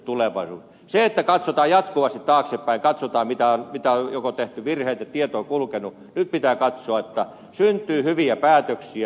ei pidä katsoa jatkuvasti taaksepäin katsoa onko tehty virheitä onko tieto kulkenut nyt pitää katsoa että syntyy hyviä päätöksiä